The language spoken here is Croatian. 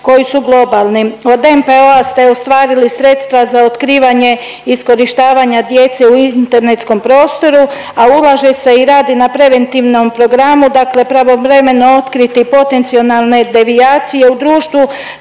koji su globalni. Od NPO-a ste ostvarili sredstva za otkrivanje iskorištavanja djece u internetskom prostoru, a ulaže se i radi na preventivnom programu, dakle pravovremeno otkriti potencijalne devijacije u društvu